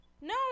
No